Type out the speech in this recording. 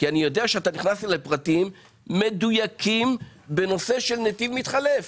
כי אני יודע שאתה נכנסת לפרטים מדויקים בנושא של נתיב מתחלף.